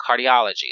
cardiology